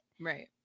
Right